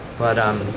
but um